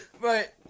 Right